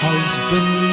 Husband